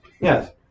Yes